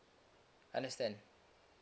understand